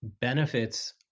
benefits